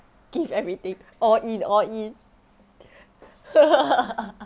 give everything all in all in